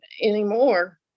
anymore